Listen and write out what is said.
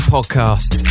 Podcast